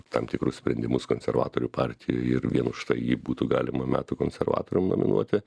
tam tikrus sprendimus konservatorių partijoj ir vien už tai jį būtų galima metų konservatorium nominuoti